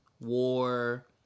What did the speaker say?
war